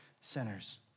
sinners